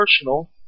personal